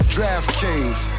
DraftKings